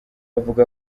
avuga